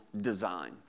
design